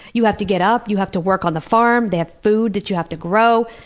you have to get up, you have to work on the farm, they have food that you have to grow.